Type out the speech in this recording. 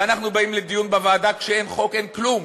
ואנחנו באים לדיון בוועדה כשאין חוק, אין כלום,